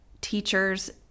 teachers